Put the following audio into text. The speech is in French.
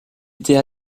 était